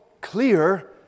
clear